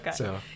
okay